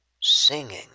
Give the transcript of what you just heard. singing